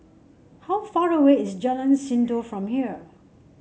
how far away is Jalan Sindor from here